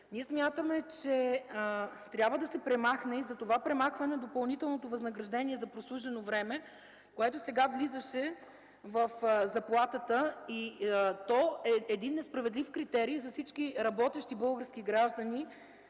Смятаме, че трябва да се премахне и затова премахваме допълнителното възнаграждение за прослужено време, което сега влизаше в заплатата. То е един несправедлив критерий за всички работещи български граждани,